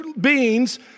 beings